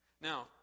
Now